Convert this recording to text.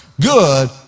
good